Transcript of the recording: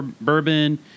bourbon